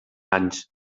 anys